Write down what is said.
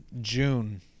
June